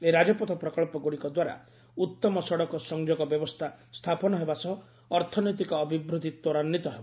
ଏହି ରାଜପଥ ପ୍ରକଳ୍ପଗୁଡ଼ିକ ଦ୍ୱାରା ଉଉମ ସଡ଼କ ସଂଯୋଗ ବ୍ୟବସ୍ଥା ସ୍ଥାପନ ହେବା ସହ ଅର୍ଥନୈତିକ ଅଭିବୃଦ୍ଧି ତ୍ୱରାନ୍ଧିତ ହେବ